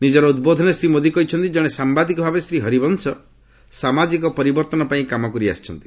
ନିଜର ଉଦ୍ବୋଧନରେ ଶ୍ରୀ ମୋଦି କହିଛନ୍ତି ଜଣେ ସାମ୍ଘାଦିକ ଭାବେ ଶ୍ରୀ ହରିବଂଶ ସାମାଜିକ ପରିବର୍ତ୍ତନ ପାଇଁ କାମ କରିଆସିଛନ୍ତି